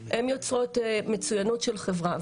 הן יוצרות מצוינות של חברה.